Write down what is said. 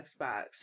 Xbox